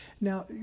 Now